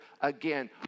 again